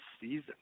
season